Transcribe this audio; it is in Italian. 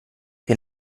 che